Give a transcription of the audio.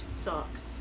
sucks